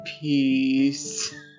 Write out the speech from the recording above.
Peace